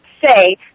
say